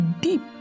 deep